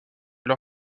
l’or